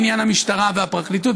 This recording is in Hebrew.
לעניין המשטרה והפרקליטות,